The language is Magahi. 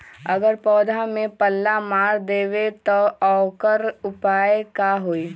अगर पौधा में पल्ला मार देबे त औकर उपाय का होई?